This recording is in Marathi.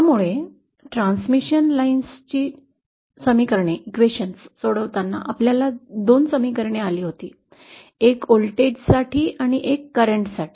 त्यामुळे ट्रान्समिशन लाइन्सचे समीकरण सोडवताना आपल्याला दोन समीकरण आले आहेत एक व्होल्टेजसाठी आणि एक करेंट साठी